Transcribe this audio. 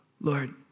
Lord